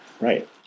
right